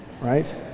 right